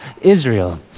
Israel